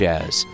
Jazz